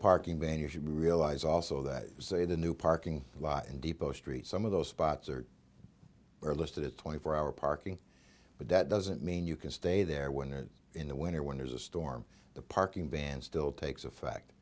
parking banners you realize also that say the new parking lot and depot street some of those spots are we're listed at twenty four hour parking but that doesn't mean you can stay there when they're in the winter when there's a storm the parking ban still takes effect